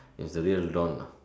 is the real don